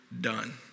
done